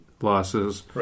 losses